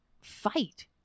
fight